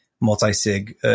multi-sig